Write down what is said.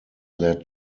led